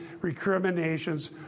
recriminations